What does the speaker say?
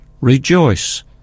Rejoice